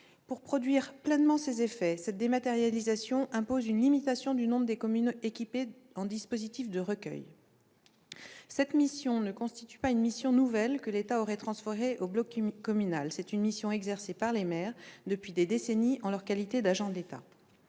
Pour produire pleinement ses effets, cette dématérialisation impose une limitation du nombre de communes équipées en dispositifs de recueil. Cette mission ne constitue pas une mission nouvelle que l'État aurait transférée au bloc communal. C'est une mission exercée par les maires depuis des décennies en leur qualité d'agents de l'État.